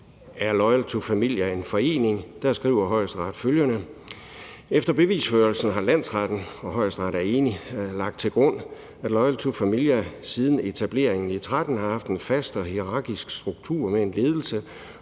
»Er Loyal to Familia en forening?« skriver Højesteret følgende: »Efter bevisførelsen har landsretten lagt til grund bl.a., at Loyal to Familia siden etableringen i 2013 har haft en fast og hierarkisk struktur med en ledelse